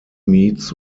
meets